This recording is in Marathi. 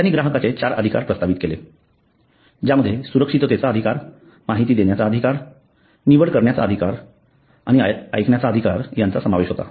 त्यांनी ग्राहकांचे चार अधिकार प्रस्तावित केले ज्यामध्ये सुरक्षिततेचा अधिकार माहिती देण्याचा अधिकार निवड करण्याचा अधिकार आणि ऐकण्याचा अधिकार यांचा समावेश होता